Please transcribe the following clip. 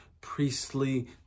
priestly